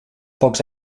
pocs